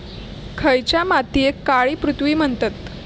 खयच्या मातीयेक काळी पृथ्वी म्हणतत?